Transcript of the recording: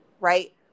right